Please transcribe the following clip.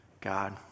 God